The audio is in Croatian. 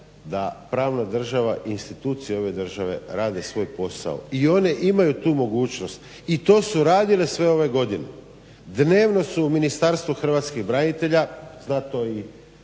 da pravna država i institucije ove države rade svoje posao i one imaju tu mogućnost i to su radile sve ove godine. dnevno su u Ministarstvo hrvatskih branitelja, zna to i